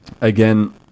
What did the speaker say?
Again